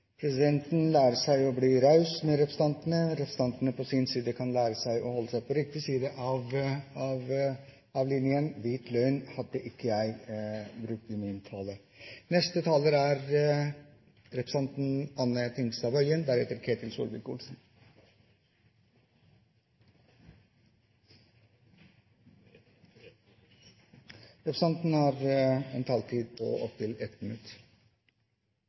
Presidenten lærer seg å bli raus med representantene. Representantene på sin side kan lære seg å holde seg på riktig side av linjen – «hvit løgn» hadde ikke jeg brukt i min tale. Representanten Anne Tingelstad Wøien har hatt ordet to ganger og får ordet til en kort merknad, begrenset til 1 minutt.